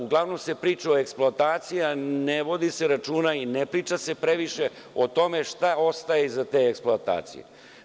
Uglavnom se priča o eksploataciji, a ne vodi se računa i priča se previše o tome šta ostaje iza te eksploatacije.